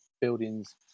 buildings